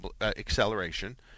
acceleration